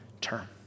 term